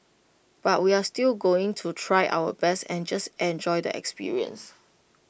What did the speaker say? but we're still going to try our best and just enjoy the experience